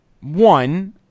One